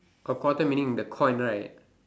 a quarter meaning the coin right